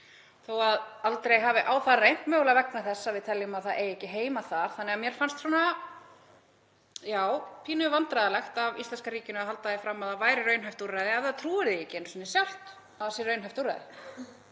þó að aldrei hafi á það reynt, mögulega vegna þess að við teljum að það eigi ekki heima þar. Þannig að mér fannst pínu vandræðalegt af íslenska ríkinu að halda því fram að það væri raunhæft úrræði ef það trúir því ekki einu sinni sjálft að það sé raunhæft úrræði.